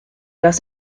das